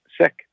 sick